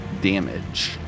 damage